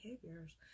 behaviors